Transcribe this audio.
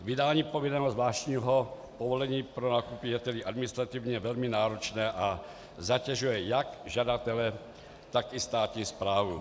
Vydání povinného zvláštního povolení pro nákup je tedy administrativně velmi náročné a zatěžuje jak žadatele, tak i státní správu.